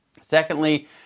Secondly